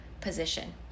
position